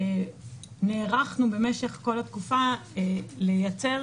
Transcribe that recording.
נערכנו משך כל התקופה לייצר